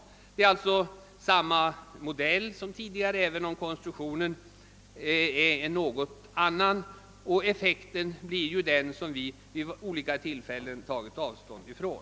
Det är alltså samma modell som tidigare, även om konstruktionen är en något annan. Effekten blir den som vi vid olika tillfällen har tagit avstånd från.